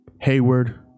Hayward